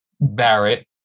Barrett